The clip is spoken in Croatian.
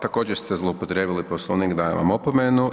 Također ste zloupotrijebili Poslovnik, dajem vam opomenu.